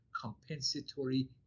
compensatory